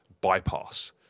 bypass